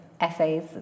essays